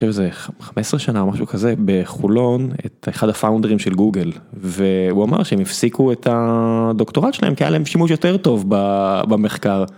זה 15 שנה משהו כזה בחולון את אחד הפאונדרים של גוגל והוא אמר שהם הפסיקו את הדוקטורט שלהם כי היה להם שימוש יותר טוב במחקר.